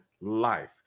life